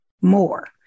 more